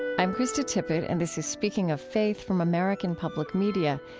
i'm krista tippett and this is speaking of faith from american public media.